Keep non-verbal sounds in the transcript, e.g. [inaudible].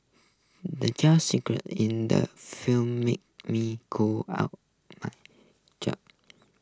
the jump scare in the film made me cough out [unintelligible] [noise]